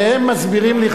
והם מסבירים לי,